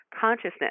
consciousness